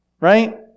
right